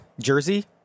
Jersey